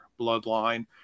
bloodline